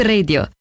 Radio